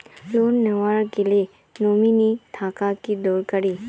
Loan নেওয়ার গেলে nominee থাকা কি দরকারী?